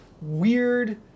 weird